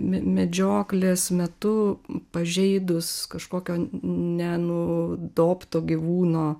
me medžioklės metu pažeidus kažkokio nenudobto gyvūno